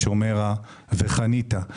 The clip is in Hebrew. משומרה ומחניתה.